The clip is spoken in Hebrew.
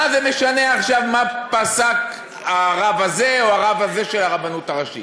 מה זה משנה עכשיו מה פסק הרב הזה או הרב הזה של הרבנות הראשית?